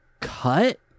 cut